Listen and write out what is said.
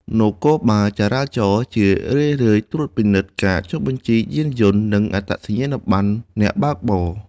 នគរបាលចរាចរណ៍ជារឿយៗត្រួតពិនិត្យការចុះបញ្ជីយានយន្ត និងអត្តសញ្ញាណប័ណ្ណអ្នកបើកបរ។